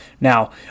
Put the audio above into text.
Now